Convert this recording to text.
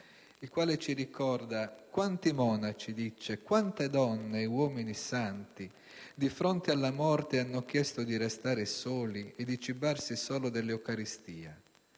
il quale ricorda: quanti monaci, quante donne e uomini santi, di fronte alla morte, hanno chiesto di restare soli e di cibarsi solo dell'Eucaristia?